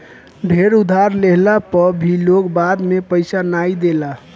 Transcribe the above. ढेर उधार लेहला पअ भी लोग बाद में पईसा नाइ देला